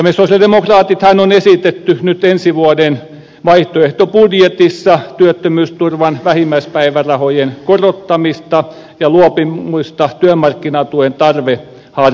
me sosialidemokraatithan olemme esittäneet nyt ensi vuoden vaihtoehtobudjetissa työttömyysturvan vähimmäispäivärahojen korottamista ja luopumista työmarkkinatuen tarveharkinnasta